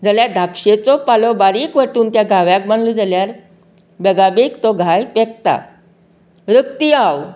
जाल्यार धापशेंचो पालो बरीक वांटून त्या घाव्याक बादलो जाल्यार बेगा बेग तो घावो पेकता रक्ती आव